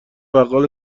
بقال